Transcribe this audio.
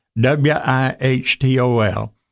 W-I-H-T-O-L